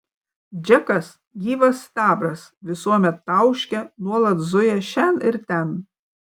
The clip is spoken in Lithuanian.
džekas gyvas sidabras visuomet tauškia nuolat zuja šen ir ten